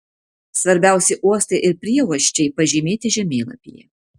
svarbiausi uostai ir prieuosčiai pažymėti žemėlapyje